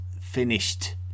finished